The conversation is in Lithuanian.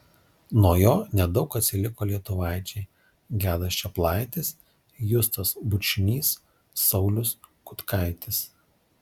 nuo jo nedaug atsiliko lietuvaičiai gedas čeplaitis justas bučnys saulius kutkaitis